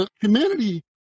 humanity